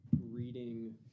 reading